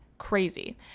crazy